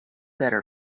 better